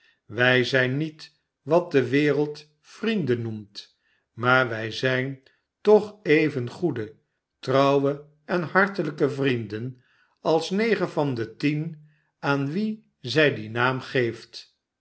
wij zijn niet wat de wereld vrienden noemt maar wij zijn toch even goede trouwe en hartelijke vrienden als negen van de tien aan wie zij die naam geeft